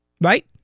right